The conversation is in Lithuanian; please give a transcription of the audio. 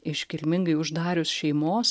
iškilmingai uždarius šeimos